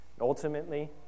Ultimately